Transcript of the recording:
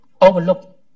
overlook